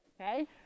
okay